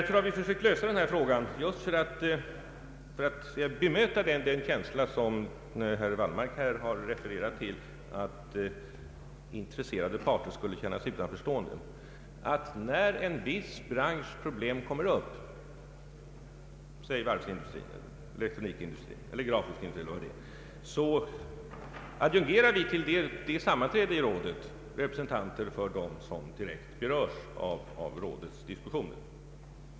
För att så att säga bemöta den känsla som herr Wallmark har talat om, nämligen att intresserade parter skulle känna sig utanförstående, har vi försökt ordna så, att när en viss bransch kommer upp, t.ex. varvsindustrin, elektronikindustrin eller den grafiska industrin, adjungeras till det sammanträdet representanter för dem som direkt berörs av rådets diskussion.